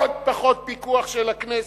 עוד פחות פיקוח של הכנסת.